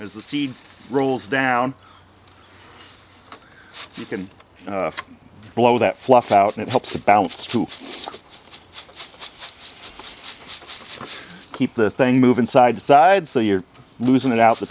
as the seed rolls down you can blow that fluff out and it helps the balance to keep the thing moving side to side so you're losing it out the